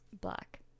black